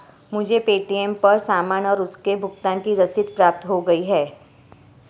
मुझे पे.टी.एम पर सामान और उसके भुगतान की रसीद प्राप्त हो गई है